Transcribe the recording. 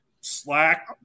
Slack